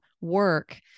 work